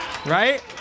Right